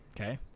Okay